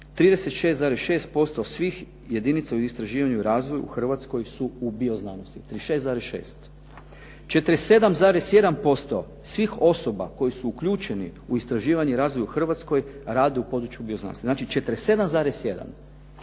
36,6% svih jedinica u istraživanju i razvoju u Hrvatskoj su u bioznanosti. 36,6. 47,1% svih osoba koje su uključene u istraživanje i razvoj u Hrvatskoj rade u području bioznanosti. Znači 47,1.